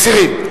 מסירים.